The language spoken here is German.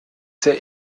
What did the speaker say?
sehr